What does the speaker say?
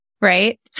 right